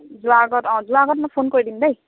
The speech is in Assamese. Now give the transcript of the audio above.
যোৱাৰ আগত অঁ যোৱাৰ আগত মই ফোন কৰি দিম দেই